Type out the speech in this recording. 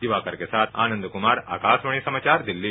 दिवाकर के साथ आनंद कुमार आकाशवाणी समाचार दिल्ली